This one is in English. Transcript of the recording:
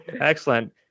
Excellent